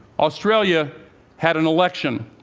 australia had an election.